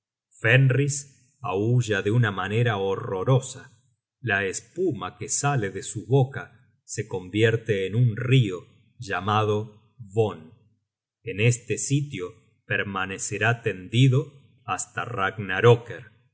fenris aulla de una manera horrorosa la espuma que sale de su boca se convierte en un rio llamado von en este sitio permanecerá tendido hasta